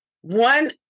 one